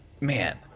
Man